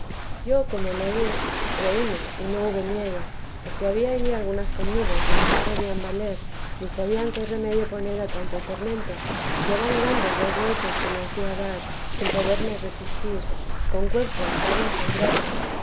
yo como le vi reíme y no hube miedo porque había allí algunas conmigo que no se podían valer ni sabían qué remedio poner a tanto tormento que eran grandes los golpes que me hacía dar sin poderme resistir con cuerpo y cabeza y brazos